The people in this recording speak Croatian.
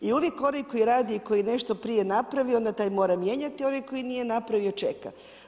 I uvijek onaj koji radi i koji nešto prije napravi onda taj mora mijenjati, onaj koji nije napravio čeka.